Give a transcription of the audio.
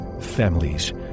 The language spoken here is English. families